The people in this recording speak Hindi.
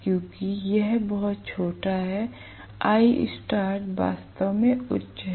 क्योंकि यह बहुत छोटा है Istart वास्तव में उच्च है